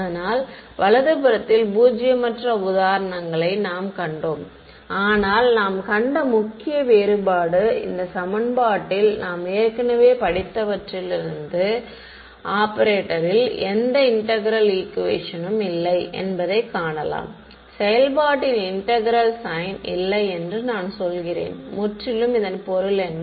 அதனால் வலது புறத்தில் பூஜ்ஜியமற்ற உதாரணங்களை நாம் கண்டோம் ஆனால் நாம் கண்ட முக்கிய வேறுபாடு இந்த சமன்பாட்டில் நாம் ஏற்கனவே படித்தவற்றிலிருந்து ஆபரேட்டரில் எந்த இன்டெக்ரேல் ஈக்குவேஷனும் இல்லை என்பதைக் காணலாம் செயல்பாட்டில் இன்டெக்ரேல் சைன் இல்லை என்று நான் சொல்கிறேன் முற்றிலும் இதன் பொருள் என்ன